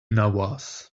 nawaz